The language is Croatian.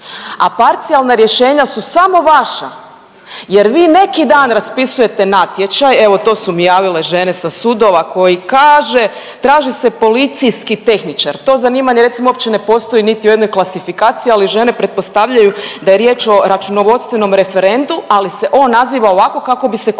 A parcijalna rješenja su samo vaša jer vi nekidan raspisujete natječaj, evo to su mi javile žene sa sudova koji kaže traži se policijski tehničar, to zanimanje recimo uopće ne postoji niti u jednoj klasifikaciji, ali žene pretpostavljaju da je riječ o računovodstvenom referentu, ali se on naziva ovako kako bi se koeficijent